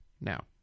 now